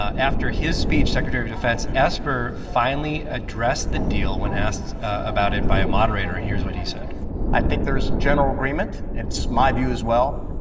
after his speech, secretary of defense esper finally addressed the deal when asked about it by a moderator. and here's what he said i think there's general agreement. it's my view, as well,